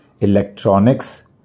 electronics